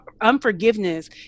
unforgiveness